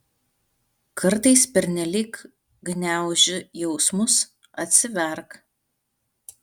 kartais pernelyg gniauži jausmus atsiverk